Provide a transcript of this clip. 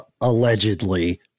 Allegedly